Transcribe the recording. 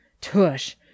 Tush